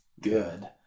good